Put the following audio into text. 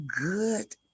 good